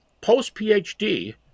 post-PhD